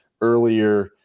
earlier